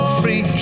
free